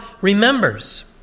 remembers